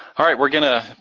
all right, we're gonna